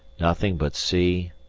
nothing but sea,